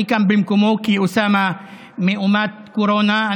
אני כאן במקומו כי אוסאמה מאומת קורונה.